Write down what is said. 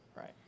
right